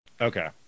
Okay